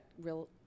real